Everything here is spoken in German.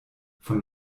von